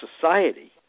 society